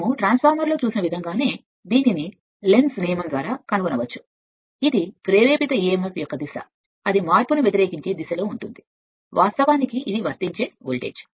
ఇప్పుడు మీరు ట్రాన్స్ఫార్మర్ కోసం పిలిచిన దాని ప్రకారం దీనిని తగ్గించవచ్చు లెంజ్ యొక్క చట్టం ఇది ప్రేరేపిత emf యొక్క దిశ అంటే మార్పును వ్యతిరేకించడం వంటిది ఇది వాస్తవానికి వర్తించే వోల్టేజ్